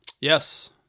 Yes